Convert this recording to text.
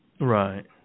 Right